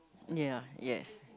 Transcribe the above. ya yes